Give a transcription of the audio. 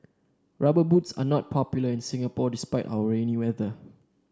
rubber boots are not popular in Singapore despite our rainy weather